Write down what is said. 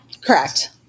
Correct